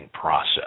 process